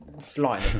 flying